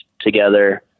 together